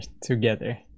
together